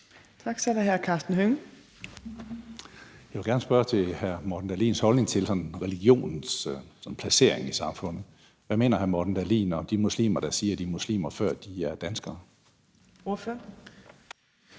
Hønge. Kl. 11:51 Karsten Hønge (SF): Jeg vil gerne spørge til hr. Morten Dahlins holdning til religionens placering i samfundet. Hvad mener hr. Morten Dahlin om de muslimer, der siger, at de er muslimer, før de er danskere? Kl.